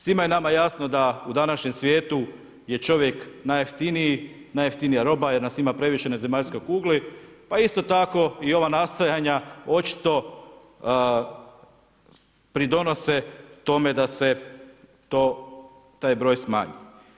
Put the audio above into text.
Svima je nama jasno da u današnjem svijetu je čovjek najjeftiniji, najjeftinija roba jer nas ima previše na zemaljskoj kugli, pa isto tako i ova nastojanja očito pridonose tome da se to taj broj smanji.